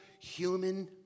human